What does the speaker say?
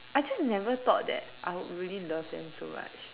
I just never thought that I would really love them so much